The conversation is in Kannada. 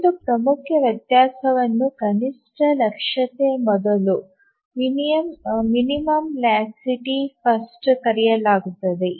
ಒಂದು ಪ್ರಮುಖ ವ್ಯತ್ಯಾಸವನ್ನು ಕನಿಷ್ಠ ಲಕ್ಷ್ಯತೆ ಮೊದಲು ಕರೆಯಲಾಗುತ್ತದೆ